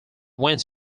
went